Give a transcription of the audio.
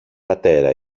πατέρα